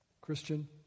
Christian